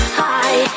high